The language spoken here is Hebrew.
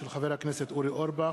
שהעלה חבר הכנסת אורי אורבך.